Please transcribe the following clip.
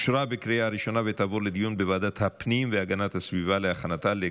התשפ"ד 2023, לוועדת הפנים והגנת הסביבה נתקבלה.